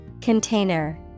Container